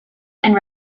and